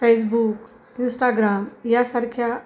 Facebook Instagram यासारख्या